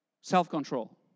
self-control